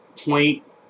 point